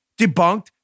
debunked